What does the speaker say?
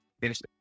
finished